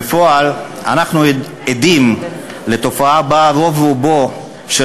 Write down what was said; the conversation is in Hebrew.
בפועל אנחנו עדים לתופעה שבה רוב-רובו של